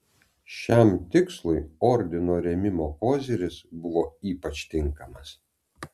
šiam tikslui ordino rėmimo koziris buvo ypač tinkamas